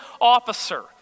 officer